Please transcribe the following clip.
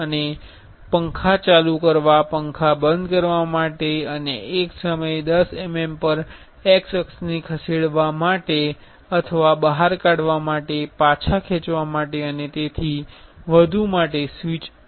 અને પંખા ચાલુ કરવા પંખા બંધ કરવા માટે અને એક સમયે 10 mm પર X અક્ષને ખસેડવા માટે અથવા બહાર કાઢવા માટે પાછા ખેંચવા માટે અને તેથી વધુ માટે સ્વીચ છે